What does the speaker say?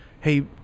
hey